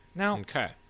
Okay